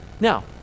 Now